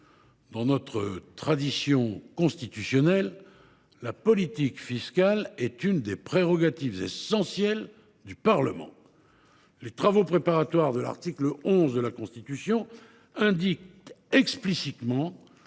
Dans notre tradition constitutionnelle, la politique fiscale est une des prérogatives essentielles du Parlement. Les travaux préparatoires de l’article 11 de la Constitution indiquent explicitement